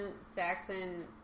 Saxon